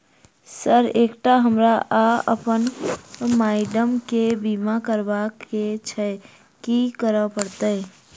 Sir एकटा हमरा आ अप्पन माइडम केँ बीमा करबाक केँ छैय की करऽ परतै?